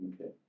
Okay